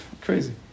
crazy